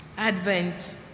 Advent